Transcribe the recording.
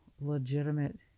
legitimate